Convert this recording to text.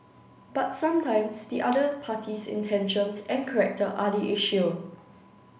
but sometimes the other party's intentions and character are the issue